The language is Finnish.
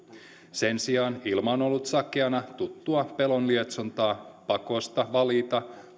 sen sijaan ilma on ollut sakeana tuttua pelon lietsontaa pakosta valita